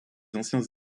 anciens